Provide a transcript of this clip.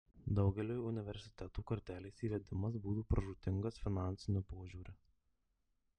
daugeliui universitetų kartelės įvedimas būtų pražūtingas finansiniu požiūriu